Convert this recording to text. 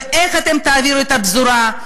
ואיך אתם תעבירו את הפזורה?